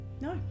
No